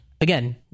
Again